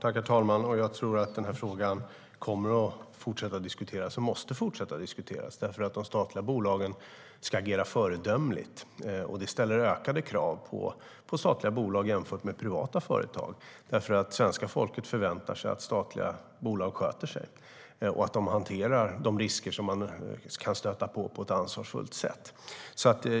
Herr talman! Frågan kommer att och måste fortsätta att diskuteras. De statliga bolagen ska agera föredömligt, och det ställer ökade krav på statliga bolag jämfört med privata företag. Svenska folket förväntar sig att statliga bolag sköter sig och på ett ansvarsfullt sätt hanterar de risker de kan stöta på.